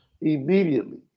Immediately